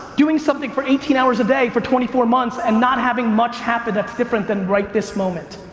doing something for eighteen hours a day for twenty four months and not having much happen that's different than right this moment.